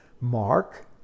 Mark